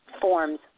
forms